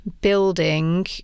building